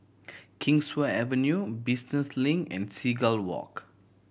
Kingswear Avenue Business Link and Seagull Walk